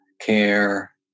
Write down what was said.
care